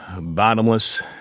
bottomless